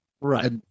right